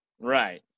Right